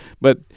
But-